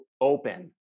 open